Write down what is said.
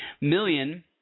million